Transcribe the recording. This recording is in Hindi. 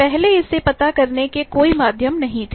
पहले इसे पता करने के कोई माध्यम नहीं थे